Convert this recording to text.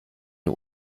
nur